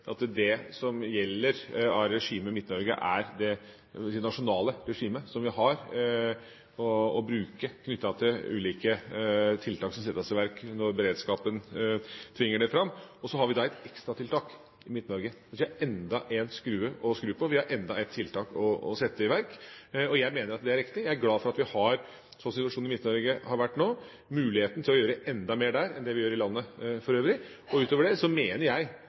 at det som gjelder regimet Midt-Norge, er det nasjonale regimet som vi har å bruke knyttet til ulike tiltak som settes i verk når beredskapen tvinger det fram, og så har vi da et ekstratiltak i Midt-Norge. Vi har enda en skrue å skru på – vi har enda et tiltak å sette i verk. Jeg mener at det er riktig. Slik som situasjonen i Midt-Norge har vært nå, er jeg glad for at vi har muligheten til å gjøre enda mer der enn det vi gjør i landet for øvrig. Utover det mener jeg